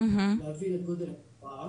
להבין את גודל התופעה.